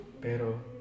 pero